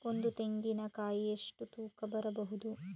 ಒಂದು ತೆಂಗಿನ ಕಾಯಿ ಎಷ್ಟು ತೂಕ ಬರಬಹುದು?